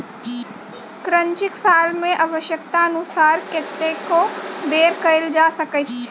crutching साल मे आव्श्यकतानुसार कतेको बेर कयल जा सकैत छै